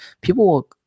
people